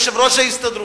יושב-ראש ההסתדרות,